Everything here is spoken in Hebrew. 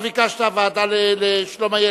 31 בעד, אחד נגד, אין נמנעים.